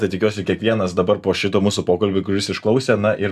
tai tikiuosi kiekvienas dabar po šito mūsų pokalbio kuris išklausė na ir